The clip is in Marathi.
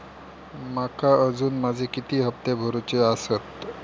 माका अजून माझे किती हप्ते भरूचे आसत?